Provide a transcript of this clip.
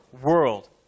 world